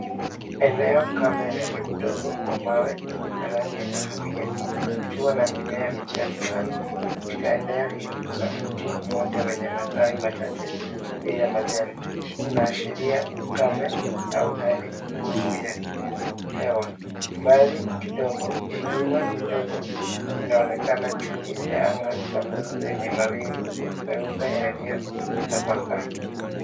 Eneo kame lenye udongo wa mawe na rangi ya kahawia likiwa na mimea michache sana. Katika eneo hili kuna mti mmoja wenye matawi machache bila majani. Unaashiria ukame au hali ngumu ya hewa. Mbali kidogo, milima midogo inaonekana chini ya anga la buluu lenye mawingu meupe yaliyotapakaa.